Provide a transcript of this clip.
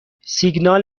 سیگنال